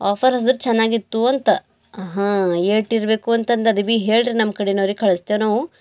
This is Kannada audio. ಆಫರ್ ಹಚ್ಚಿದ್ರ ಚೆನ್ನಾಗಿತ್ತು ಅಂತ ಹಾಂ ಏಟಿರಬೇಕು ಅಂತಂದು ಅದು ಬಿ ಹೇಳ್ರಿ ನಮ್ಮ ಕಡಿನವ್ರಿಗೆ ಕಳಿಸ್ತೇವ್ ನಾವು